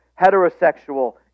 heterosexual